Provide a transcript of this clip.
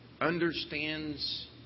understands